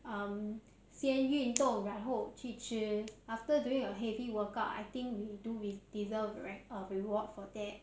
um 先运动然后去吃 after doing a heavy workout I think we do we deserved a reward for that